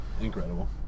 incredible